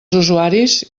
usuaris